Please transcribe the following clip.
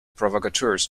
provocateurs